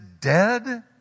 dead